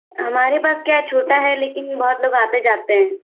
हमारे पास क्या है छोटा है लेकिन बहुत लोग आते जाते हैं